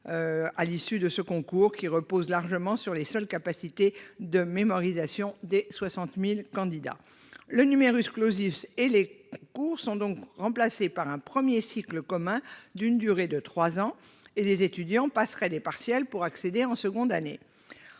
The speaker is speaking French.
à l'issue de ce concours, qui repose largement sur les seules capacités de mémorisation des candidats. Le et les concours seront donc remplacés par un premier cycle commun d'une durée de trois ans. Les étudiants passeront des partiels pour accéder en deuxième année.